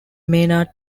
maynard